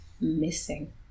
missing